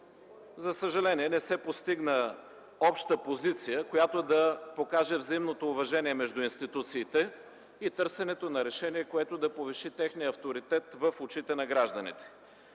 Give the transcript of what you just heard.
За съжаление не се постигна обща позиция, която да покаже взаимното уважение между институциите и търсене на решение, което да повиши техния авторитет в очите на гражданите.